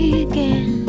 again